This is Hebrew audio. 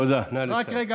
תודה.